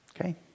Okay